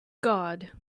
god